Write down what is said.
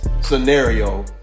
scenario